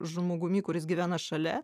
žmogumi kuris gyvena šalia